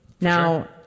Now